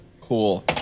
Cool